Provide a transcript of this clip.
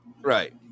right